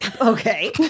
Okay